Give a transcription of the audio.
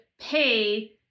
pay